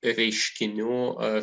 reiškinių ar